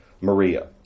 Maria